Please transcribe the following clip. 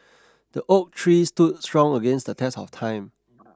the oak tree stood strong against the test of time